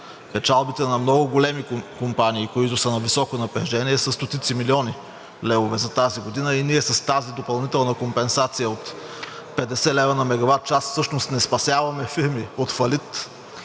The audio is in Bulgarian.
Печалбите на много големи компании, които са на високо напрежение, са стотици милиони левове за тази година и ние с тази допълнителна компенсация от 50 лв. на мегаватчас всъщност не спасяваме фирмите от фалит,